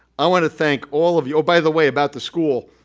i want to thank all of you oh, by the way, about the school.